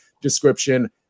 description